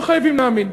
לא חייבים להאמין.